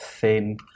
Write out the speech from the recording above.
thin